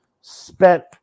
spent